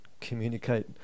communicate